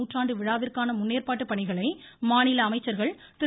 நூற்றாண்டு விழாவிற்கான முன்னேற்பாட்டுப் பணிகளை மாநில அமைச்சர்கள் திரு